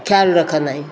ख़्यालु रखंदा आहियूं